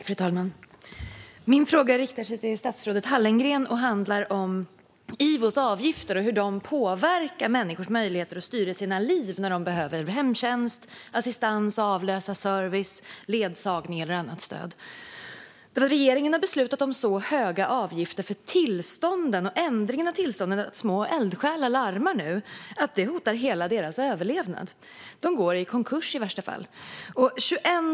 Fru talman! Min fråga riktar sig till statsrådet Hallengren och handlar om IVO:s avgifter och hur de påverkar människors möjligheter att styra sina liv när de behöver hemtjänst, assistans, avlösarservice, ledsagning eller annat stöd. Regeringen har beslutat om så höga avgifter för tillstånden och ändringarna i tillstånden att små eldsjälar nu larmar att det hotar hela deras överlevnad. De går i värsta fall i konkurs.